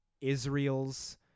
Israel's